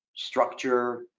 structure